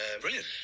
brilliant